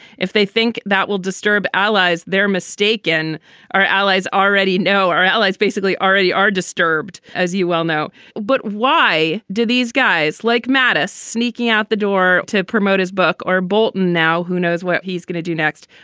if they think that will disturb allies they're mistaken our allies already know our allies basically already are disturbed as you well know but why do these guys like mattis sneaking out the door to promote his book or bolton now who knows where he's going to do next.